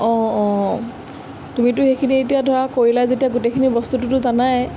অঁ অঁ তুমিতো সেইখিনি এতিয়া ধৰা কৰিলাই যেতিয়া গোটেইখিনি বস্তুটোতো জানাই